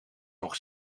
nog